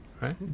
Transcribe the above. right